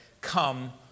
come